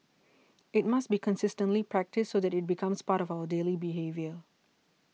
it must be consistently practised so that it becomes part of our daily behaviour